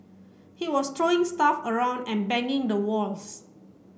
he was throwing stuff around and banging the walls